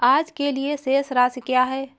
आज के लिए शेष राशि क्या है?